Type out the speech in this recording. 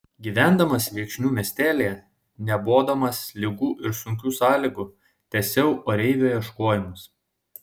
gyvendamas viekšnių miestelyje nebodamas ligų ir sunkių sąlygų tęsiau oreivio ieškojimus